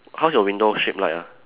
how's your window shape like ah